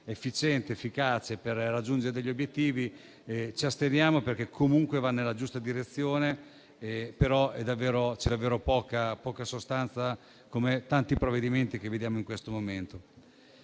efficiente ed efficace per raggiungere degli obiettivi, ci asteniamo perché comunque va nella giusta direzione, ma c'è davvero poca sostanza, come in tanti provvedimenti che ultimamente